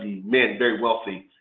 men, very wealthy.